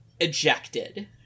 ejected